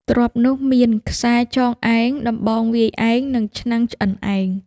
ទ្រព្យនោះមាន ខ្សែចងឯង ដំបងវាយឯង និងឆ្នាំងឆ្អិនឯង។